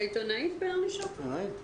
אני מייצגת